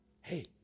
Hey